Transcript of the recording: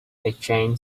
exchanged